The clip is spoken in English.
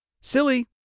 Silly